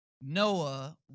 Noah